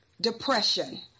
depression